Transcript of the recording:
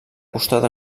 costat